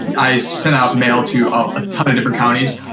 i sent out mail to a ton of different counties.